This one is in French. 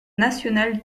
national